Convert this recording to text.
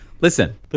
listen